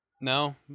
No